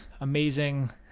amazing